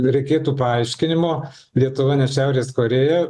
reikėtų paaiškinimo lietuva ne šiaurės korėja